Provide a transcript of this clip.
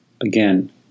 again